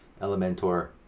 Elementor